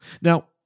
Now